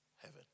heaven